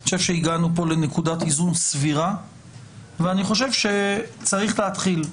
אני חושב שהגענו כאן לנקודת איזון סבירה ואני חושב שצריך להתחיל.